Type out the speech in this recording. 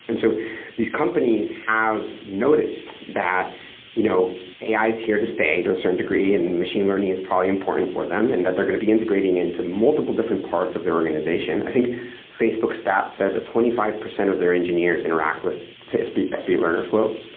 and so these companies have noticed that you know ai is here to stay to a certain degree and machine learning is probably important for them and that they're going to be integrating into multiple different parts of their organization. i think facebook stats said that twenty five percent of their engineers interact with fblearner flow,